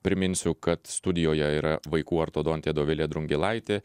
priminsiu kad studijoje yra vaikų ortodontė dovilė drungilaitė